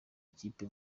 ikipe